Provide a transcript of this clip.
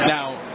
Now